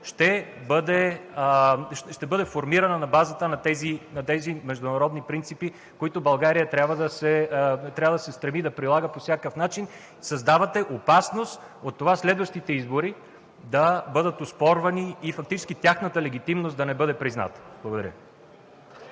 ще бъде формирана на базата на тези международни принципи, които България не трябва да се стреми да прилага по всякакъв начин. Създавате опасност от това следващите избори да бъдат оспорвани и фактически тяхната легитимност да не бъде призната. Благодаря